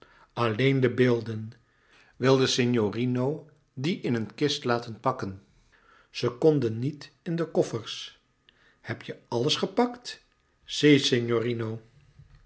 alleen de beelden wil de signorino die in een kist laten pakken ze konden niet in de koffers heb je alles gepakt